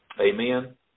Amen